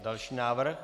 Další návrh.